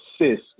assist